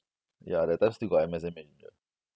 ya that time still got M_S_N messenger